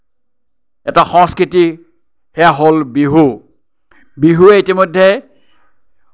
এটা সংস্কৃতি সেইয়া হ'ল বিহু বিহুৱে ইতিমধ্যে